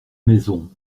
maison